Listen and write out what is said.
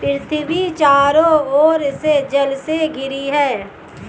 पृथ्वी चारों ओर से जल से घिरी है